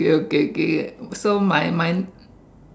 okay okay so my my